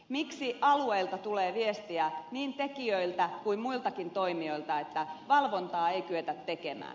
miksi alueelta tulee viestiä niin tekijöiltä kuin muiltakin toimijoilta että valvontaa ei kyetä tekemään